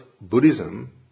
Buddhism